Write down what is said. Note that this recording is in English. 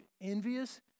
envious